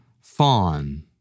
fawn